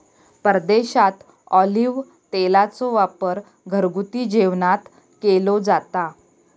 परदेशात ऑलिव्ह तेलाचो वापर घरगुती जेवणात केलो जाता